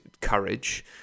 courage